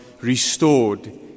restored